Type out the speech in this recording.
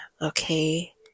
okay